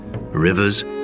rivers